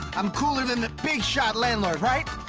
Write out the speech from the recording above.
i'm cooler than the big shot landlord, right?